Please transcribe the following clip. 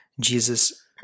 Jesus